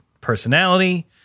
personality